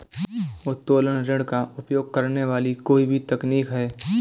उत्तोलन ऋण का उपयोग करने वाली कोई भी तकनीक है